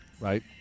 Right